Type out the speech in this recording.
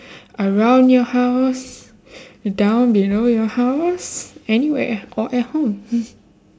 around your house down below your house anywhere or at home